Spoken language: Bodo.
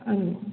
औ